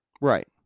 Right